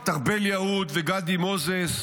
את ארבל יהוד ואת גדי מוזס,